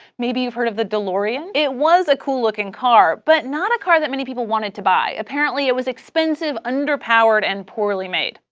maybe you've heard of the delorean? it was a cool looking car, but not a car that many people wanted to buy. apparently it was expensive, underpowered, and poorly-made.